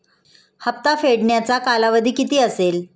हप्ता फेडण्याचा कालावधी किती असेल?